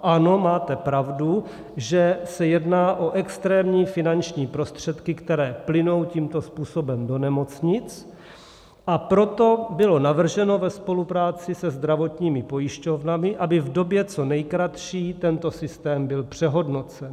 Ano, máte pravdu, že se jedná o extrémní finanční prostředky, které plynou tímto způsobem do nemocnic, a proto bylo navrženo ve spolupráci se zdravotními pojišťovnami, aby v době co nejkratší tento systém byl přehodnocen.